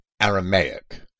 Aramaic